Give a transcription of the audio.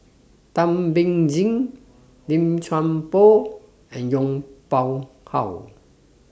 Thum Ping Tjin Lim Chuan Poh and Yong Pung How